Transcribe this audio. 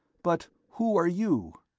but who are you?